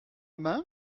main